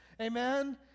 Amen